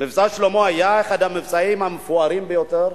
"מבצע שלמה" היה אחד המבצעים המפוארים ביותר,